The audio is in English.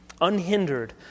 unhindered